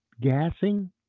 Gassing